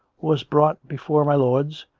was brought before my lords,